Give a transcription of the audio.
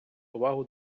увагу